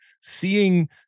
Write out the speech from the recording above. seeing